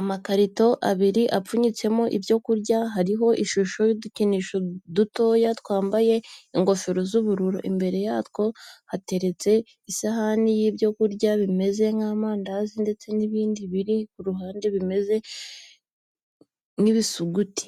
Amakarito abiri apfunyitsemo ibyo kurya hariho ishusho y'udukinisho dutoya twambaye ingofero z'ubururu, imbere yatwo hateretse isahani y'ibyo kurya bimeze nk'amandazi ndetese n'ibindi biri ku ruhande bimeze nk'ibisuguti,